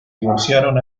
divorciaron